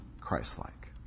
Christ-like